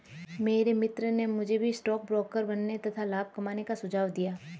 मेरे मित्र ने मुझे भी स्टॉक ब्रोकर बनने तथा लाभ कमाने का सुझाव दिया